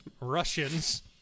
Russians